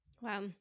Wow